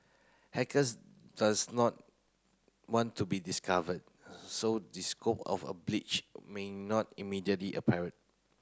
hackers does not want to be discovered so the scope of a breach may not immediately apparent